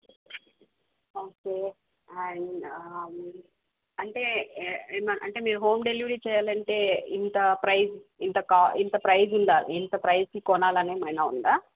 okay and అంటే ఏం అంటే మీరు హోమ్ డెలివరీ చెయ్యాలంటే ఇంత ప్రైస్ ఇంత కా ఇంత ప్రైస్ ఉండా ఇంత ప్రైస్కి కొనాలని ఏమన్నా ఉందా